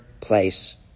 place